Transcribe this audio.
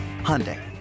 Hyundai